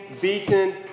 beaten